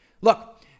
Look